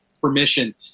permission